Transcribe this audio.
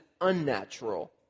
unnatural